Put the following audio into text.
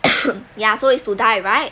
ya so is to die right